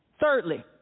Thirdly